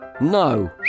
No